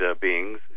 beings